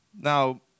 Now